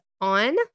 on